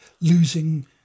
losing